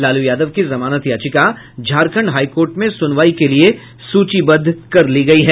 लालू यादव की जमानत याचिका झारखंड हाईकोर्ट में सुनवाई के लिए सूचीबद्ध कर ली गई है